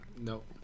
nope